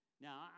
Now